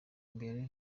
imbere